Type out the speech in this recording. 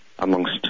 amongst